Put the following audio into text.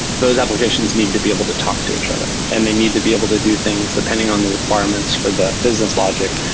those applications need to be able to talk to each other and they need to be able to do things depending on the requirements for the business logic.